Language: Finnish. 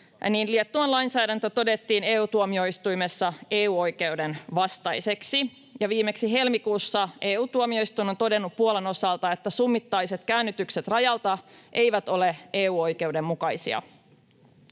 Liettuan lainsäädäntö todettiin EU-tuomioistuimessa EU-oikeuden vastaiseksi. Ja viimeksi helmikuussa EU-tuomioistuin on todennut Puolan osalta, että summittaiset käännytykset rajalta eivät ole EU-oikeuden mukaisia.